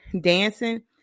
dancing